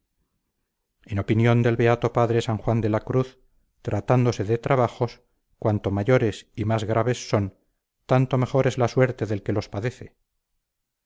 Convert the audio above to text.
en opinión del beato padre san juan de la cruz tratándose de trabajos cuanto mayores y más graves son tanto mejor es la suerte del que los padece